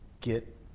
get